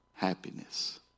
happiness